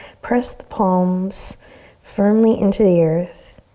press the palms firmly into the earth.